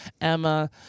emma